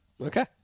Okay